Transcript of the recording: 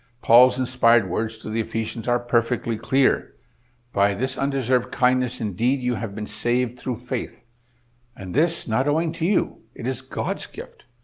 paul's inspired words to the ephesians are perfectly clear by this undeserved kindness, indeed, you have been saved through faith and this not owing to you, it is god's gift.